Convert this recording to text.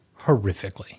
horrifically